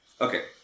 Okay